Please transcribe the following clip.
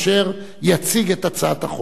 אשר יציג את הצעת החוק.